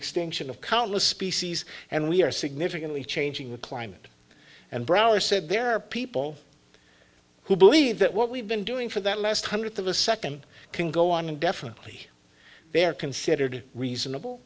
extinction of countless species and we are significantly changing the climate and brower said there are people who believe that what we've been doing for that last hundredth of a second can go on indefinitely they are considered reasonable